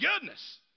goodness